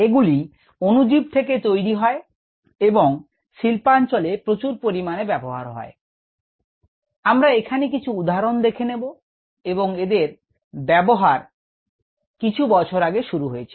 এগুলি micro organism থেকে তৈরি হয় এবং শিল্পাঞ্চলে প্রচুর পরিমানে ব্যবহার করা হয় আমরা এখানে কিছু উদাহরণ দেবো এবং এদের ব্যবহার কিছু বছর আগে শুরু হয়েছিল